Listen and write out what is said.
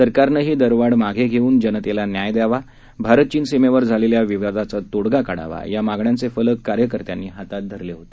सरकारनं ही दरवाढ त्वरित मागे घेऊन जनतेला न्याय द्यावा भारत चीन सीमेवर झालेल्या विवादाचा तोडगा काढावा आदी या मागण्यांचे फलक कार्यकर्त्यांनी हातात धरले होते